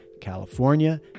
California